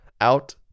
Out